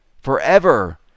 forever